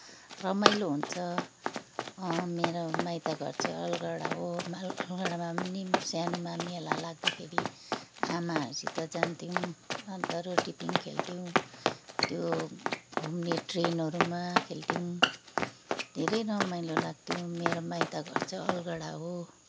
रमाइलो हुन्छ मेरो माइत घर चाहिँ अलगढा हो माल अलगढामा पनि सानोमा मेला लाग्दाखेरि आमाहरूसित जान्थ्यौँ अन्त रोटे पिङ खेल्थ्यौँ त्यो घुम्ने ट्रेनहरूमा खेल्थ्यौँ धेरै रमाइलो लाग्थ्यो मेरो माइत घर चाहिँ अलगढा हो